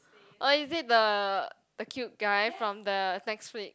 oh is it the the cute guy from the Netflix